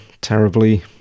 terribly